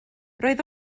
roedd